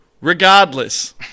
Regardless